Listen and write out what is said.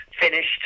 finished